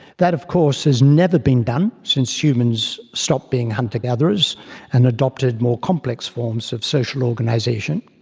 that, of course, has never been done since humans stopped being hunter gatherers and adopted more complex forms of social organisation.